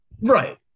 Right